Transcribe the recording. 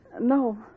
No